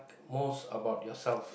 most about yourself